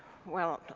well,